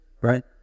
right